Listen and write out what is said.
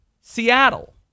Seattle